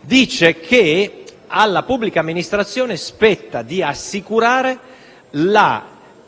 dice che alla pubblica amministrazione spetta di assicurare la